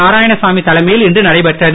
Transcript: நாராயணசாமி தலைமையில் இன்று நடைபெற்றது